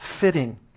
fitting